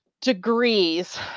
degrees